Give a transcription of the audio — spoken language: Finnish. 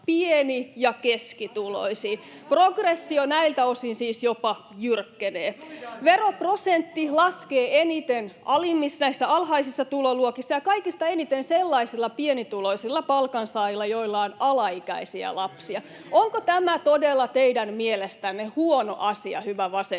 pieni- ja keskituloisiin. Progressio näiltä osin siis jopa jyrkkenee. [Jussi Saramon välihuuto] Veroprosentti laskee eniten alimmissa, alhaisissa tuloluokissa ja kaikista eniten sellaisilla pienituloisilla palkansaajilla, joilla on alaikäisiä lapsia. Onko tämä todella teidän mielestänne huono asia, hyvä vasemmisto?